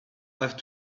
have